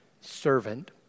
servant